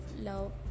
love